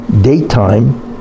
daytime